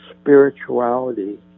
spirituality